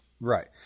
Right